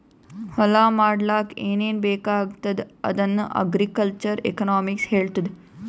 ಹೊಲಾ ಮಾಡ್ಲಾಕ್ ಏನೇನ್ ಬೇಕಾಗ್ತದ ಅದನ್ನ ಅಗ್ರಿಕಲ್ಚರಲ್ ಎಕನಾಮಿಕ್ಸ್ ಹೆಳ್ತುದ್